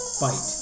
fight